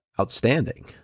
outstanding